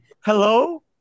Hello